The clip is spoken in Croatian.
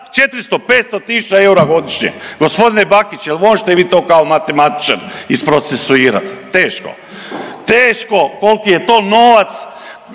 400, 500 000 eura godišnje. Gospodine Bakić jel' možete vi to kao matematičar isprocesuirati? Teško, teško koliki je to novac